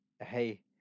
hey